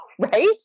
right